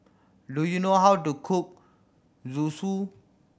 do you know how to cook Zosui